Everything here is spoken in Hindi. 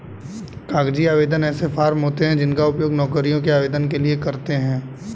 कागजी आवेदन ऐसे फॉर्म होते हैं जिनका उपयोग नौकरियों के आवेदन के लिए करते हैं